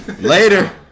Later